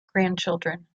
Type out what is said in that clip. grandchildren